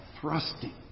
thrusting